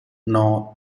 know